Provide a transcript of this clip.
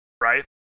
right